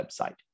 website